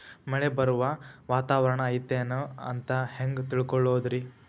ಮಳೆ ಬರುವ ವಾತಾವರಣ ಐತೇನು ಅಂತ ಹೆಂಗ್ ತಿಳುಕೊಳ್ಳೋದು ರಿ?